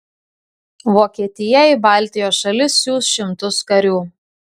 vokietija į baltijos šalis siųs šimtus karių